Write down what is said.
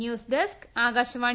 news desk Akashvani